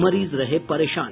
मरीज रहे परेशान